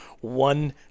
one